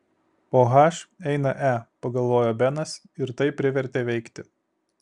po h eina e pagalvojo benas ir tai privertė veikti